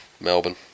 Melbourne